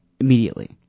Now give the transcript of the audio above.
immediately